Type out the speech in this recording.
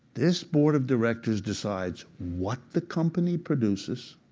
this board of directors decides what the company produces,